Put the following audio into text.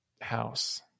house